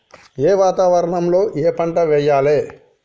ఏ వాతావరణం లో ఏ పంట వెయ్యాలి?